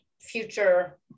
future